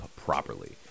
properly